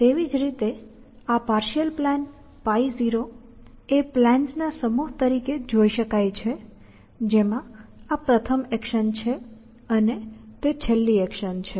તેવી જ રીતે આ પાર્શિઅલ પ્લાન π0 એ પ્લાન્સ ના સમૂહ તરીકે જોઇ શકાય છે જેમાં આ પ્રથમ એક્શન છે અને તે છેલ્લી એક્શન છે